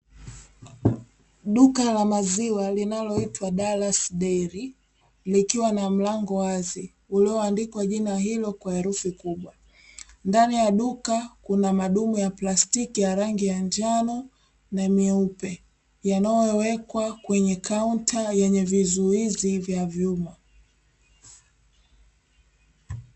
Duka la maziwa linaloitwa [DALLAS DAIRY] likiwa na mlango wazi lililoandikwa jina ilo kwa herufi kubwa, ndani ya duka kuna madumu ya plastiki ya rangi ya njano na nyeupe yanayowekwa kwenye kaunta yenye vizuizi vya vyumba.